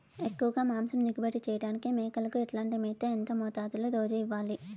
ఎక్కువగా మాంసం దిగుబడి చేయటానికి మేకలకు ఎట్లాంటి మేత, ఎంత మోతాదులో రోజు ఇవ్వాలి?